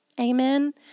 Amen